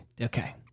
Okay